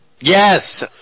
Yes